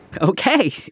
Okay